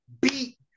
beat